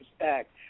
respect